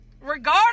regardless